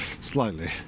slightly